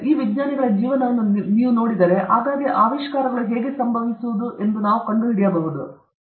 ಈ ವಿಜ್ಞಾನಿಗಳ ಈ ಜೀವನವನ್ನು ನೀವು ನೋಡಿದರೆ ನಾವು ನೋಡೋಣ ನಾವು ಕಂಡುಹಿಡಿಯಲು ಪ್ರಯತ್ನಿಸೋಣ ಆಗಾಗ್ಗೆ ಆವಿಷ್ಕಾರಗಳು ಹೇಗೆ ಸಂಭವಿಸಬಹುದು ಎಂದು ನಾವು ಪ್ರೋತ್ಸಾಹಿಸಬಹುದು